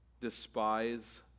despise